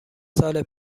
سال